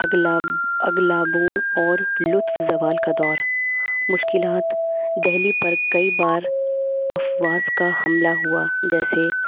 اگلاموں اور لطف زوال کا دور مشکلات دہلی پر کئی بار افواج کا حملہ ہوا جیسے